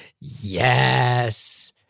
Yes